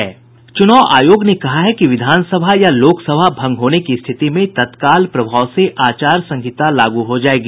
चुनाव आयोग ने कहा है कि विधानसभा या लोकसभा भंग होने की स्थिति में तत्काल प्रभाव से आचार संहिता लागू हो जायेगी